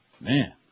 Man